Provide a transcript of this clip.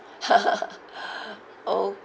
orh